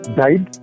died